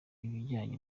ibijyanye